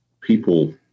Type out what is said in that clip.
people